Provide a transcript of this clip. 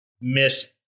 miss